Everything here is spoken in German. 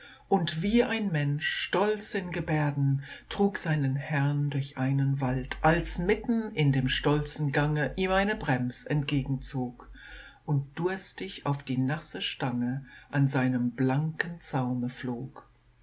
und wie ein mensch stolz in gebärden trug seinen herrn durch einen wald als mitten in dem stolzen gange ihm eine brems entgegenzog und durstig auf die nasse stange an seinem blanken zaume flog